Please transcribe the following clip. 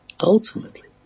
ultimately